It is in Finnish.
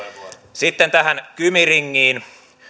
sitten tähän kymi ringiin